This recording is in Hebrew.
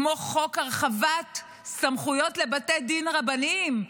כמו חוק הרחבת סמכויות לבתי דין רבניים,